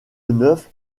neuf